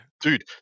dude